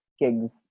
gigs